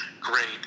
great